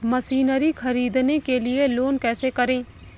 Machinery ख़रीदने के लिए लोन कैसे करें?